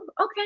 okay